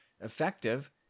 effective